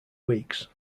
weeks